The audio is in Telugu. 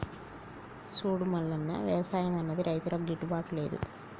సూడు మల్లన్న, వ్యవసాయం అన్నది రైతులకు గిట్టుబాటు లేదు